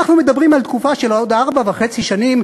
אנחנו מדברים על תקופה של עוד ארבע וחצי שנים